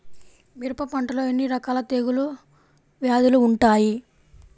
మిరప పంటలో ఎన్ని రకాల తెగులు వ్యాధులు వుంటాయి?